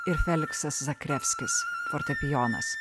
ir feliksas zakrevskis fortepijonas